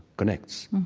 connects.